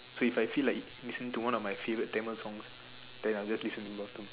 so I feel like listen to one of my favourite Tamil songs then I'll just listen the bottom